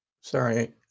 Sorry